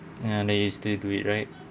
ya then you still do it right